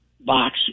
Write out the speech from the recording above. box